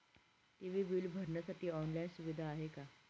TV bill भरण्यासाठी online सुविधा आहे का?